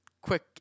quick